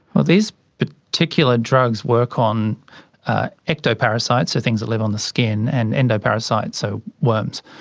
well these but particular drugs work on ectoparasites, the things that live on the skin, and endoparasites, so worms.